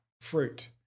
fruit